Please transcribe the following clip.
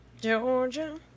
Georgia